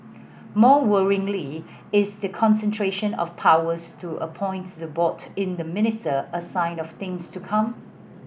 more worryingly is the concentration of powers to appoint the board in the minister a sign of things to come